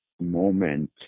moment